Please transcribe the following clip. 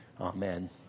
amen